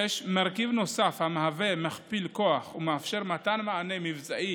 מרכיב נוסף המהווה מכפיל כוח ומאפשר מתן מענה מבצעי